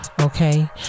Okay